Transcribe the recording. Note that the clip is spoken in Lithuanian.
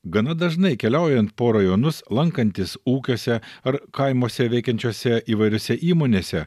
gana dažnai keliaujant po rajonus lankantis ūkiuose ar kaimuose veikiančiose įvairiose įmonėse